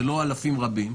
זה לא אלפים רבים,